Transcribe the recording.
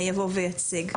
יבוא ויציג.